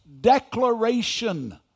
declaration